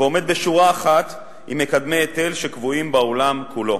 והוא עומד בשורה אחת עם מקדמי היטל שקבועים בעולם כולו.